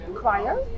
choir